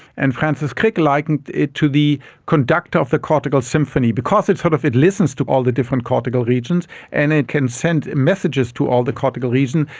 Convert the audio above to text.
and francis crick likened it to the conductor of the cortical symphony, because it sort of it listens to all the different cortical regions and it can send messages to all the cortical regions.